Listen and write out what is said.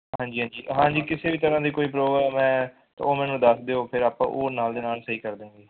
ਹਾਂਜੀ ਹਾਂਜੀ ਹਾਂਜੀ ਕਿਸੇ ਵੀ ਤਰ੍ਹਾਂ ਦੀ ਕੋਈ ਪ੍ਰੋਬਲਮ ਹੈ ਤਾਂ ਉਹ ਮੈਨੂੰ ਦੱਸ ਦਿਓ ਫੇਰ ਆਪਾਂ ਉਹ ਨਾਲ ਦੇ ਨਾਲ ਸਹੀ ਕਰ ਦਿਆਂਗੇ